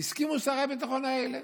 הסכימו שרי הביטחון האלה.